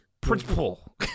principal